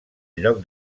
lloc